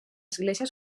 església